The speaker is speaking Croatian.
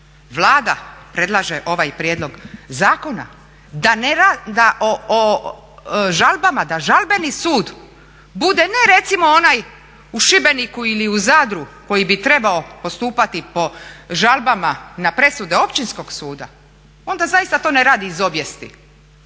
Vlada predlaže ovaj prijedlog zakona da o žalbama, da žalbeni sud bude ne recimo onaj u Šibeniku ili u Zadru koji bi trebao postupati po žalbama na presude općinskog suda onda zaista to ne radi iz obijesti